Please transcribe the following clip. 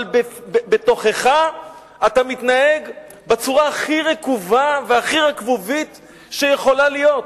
אבל בתוכך אתה מתנהג בצורה הכי רקובה והכי רקבובית שיכולה להיות.